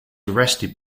arrested